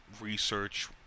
research